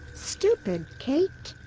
stupid kate.